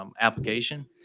application